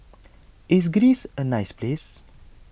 is Greece a nice place